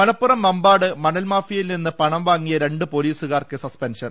മലപ്പുറം മമ്പാട് മണൽ മാഫിയയിൽ നിന്ന് പണം വാങ്ങിയ രണ്ട് പൊലീസുകാർക്ക് സസ്പെൻഷൻ